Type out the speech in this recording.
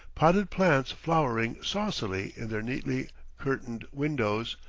potted plants flowering saucily in their neatly curtained windows,